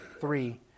three